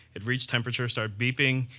it reached temperature, started beeping.